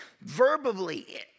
verbally